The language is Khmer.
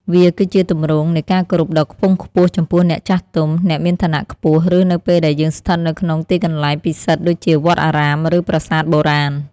វាគឺជាទម្រង់នៃការគោរពដ៏ខ្ពង់ខ្ពស់ចំពោះអ្នកចាស់ទុំ អ្នកមានឋានៈខ្ពស់ ឬនៅពេលដែលយើងស្ថិតនៅក្នុងទីកន្លែងពិសិដ្ឋដូចជាវត្តអារាម ឬប្រាសាទបុរាណ។